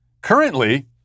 Currently